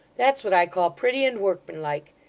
that's what i call pretty and workmanlike.